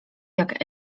jak